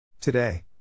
Today